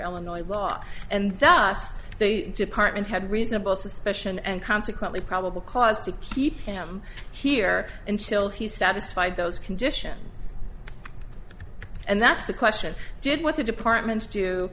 illinois law and thus the department had reasonable suspicion and consequently probable cause to keep him here until he's satisfied those conditions and that's the question did what the departments do